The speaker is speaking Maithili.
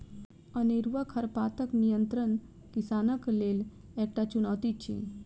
अनेरूआ खरपातक नियंत्रण किसानक लेल एकटा चुनौती अछि